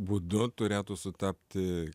būdu turėtų sutapti